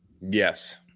Yes